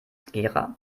gera